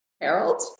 Harold